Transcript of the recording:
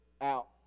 out